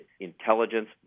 intelligence